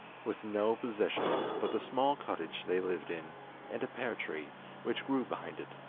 with no possessions but the small cottage they lived in and a pear tree which grew behind it,